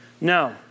No